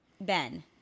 Ben